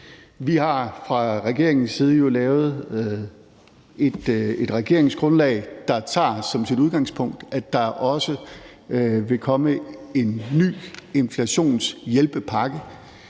Vi har fra regeringens side jo lavet et regeringsgrundlag, der som sit udgangspunkt har, at der også vil komme en ny inflationshjælpepakke.